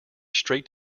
straight